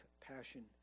passion